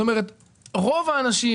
כלומר רוב האנשים,